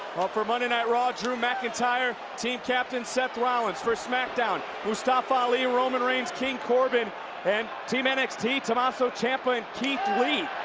for monday night raw, drew mcintyre, team captain, seth rollins. for smackdown, mustafa ali, roman reigns, king corbin and team nxt, tommaso ciampa and keith lee.